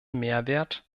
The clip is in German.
mehrwert